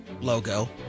logo